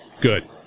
good